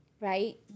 Right